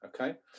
okay